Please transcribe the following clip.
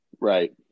Right